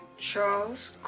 charles